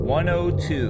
102